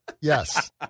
Yes